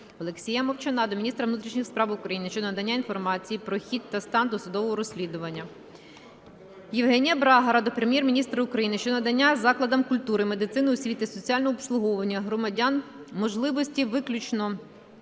Олексія Мовчана до міністра внутрішніх справ України щодо надання інформації про хід та стан досудового розслідування. Євгенія Брагара до Прем'єр-міністра України щодо надання закладам культури, медицини, освіти, соціального обслуговування громадян можливості, виключно